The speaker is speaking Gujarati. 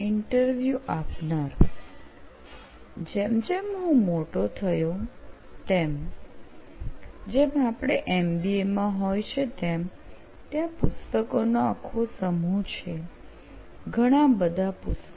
ઈન્ટરવ્યુ આપનાર જેમ જેમ હું મોટો થયો તેમ જેમ આપણે MBA માં હોય છે તેમ ત્યાં પુસ્તકોનો આખો સમૂહ છે ઘણા બધા પુસ્તકો